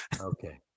Okay